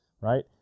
right